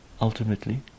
Ultimately